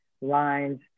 lines